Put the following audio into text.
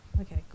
Okay